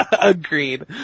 Agreed